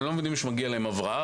אבל הם לא מבינים שמגיע להם הבראה,